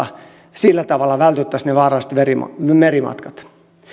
sillä tavalla vältettäisiin ne vaaralliset merimatkat merimatkat